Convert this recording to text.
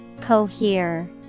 Cohere